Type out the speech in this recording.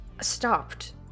stopped